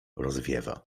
rozwiewa